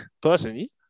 personally